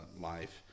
life